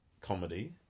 comedy